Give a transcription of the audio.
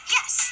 Yes